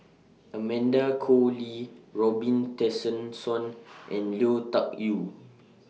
Amanda Koe Lee Robin Tessensohn and Lui Tuck Yew